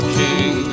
king